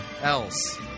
else